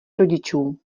rodičů